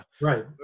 right